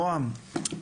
נעם,